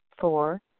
Four